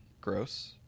Gross